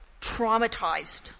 traumatized